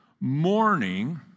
morning